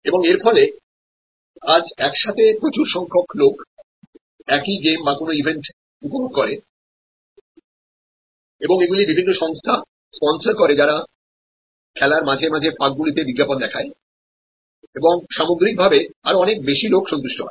এবং এর ফলে আজ একসাথে প্রচুর সংখ্যক লোক একই গেম বা কোন ইভেন্ট উপভোগ করে এবং এগুলি বিভিন্ন সংস্থা স্পন্সর করে যারা খেলার মাঝে মাঝে ফাঁক গুলিতে বিজ্ঞাপন দেখায় এবং সামগ্রিকভাবে আরও অনেকবেশি লোক সন্তুষ্টহয়